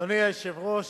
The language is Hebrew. אדוני היושב-ראש,